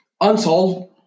Unsolved